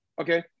Okay